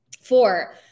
Four